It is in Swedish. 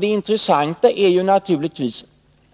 Det intressanta är naturligtvis